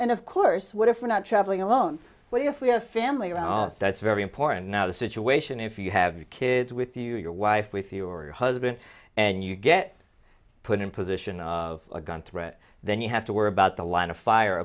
and of course what if we're not traveling alone but if we have family around us that's very important now the situation if you have your kids with you or your wife with you or your husband and you get put in position of a gun threat then you have to worry about the line of fire